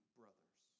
brothers